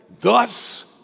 Thus